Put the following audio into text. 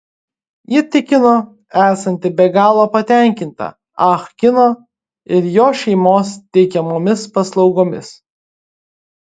ji tikino esanti be galo patenkinta ah kino ir jo šeimos teikiamomis paslaugomis